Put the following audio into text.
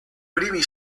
primi